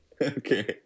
Okay